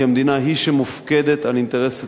כי המדינה היא שמופקדת על אינטרס הציבור,